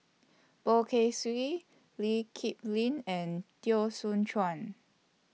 Poh Kay Swee Lee Kip Lin and Teo Soon Chuan